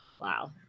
Wow